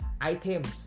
items